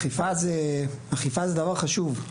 אכיפה זה דבר חשוב,